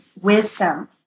wisdom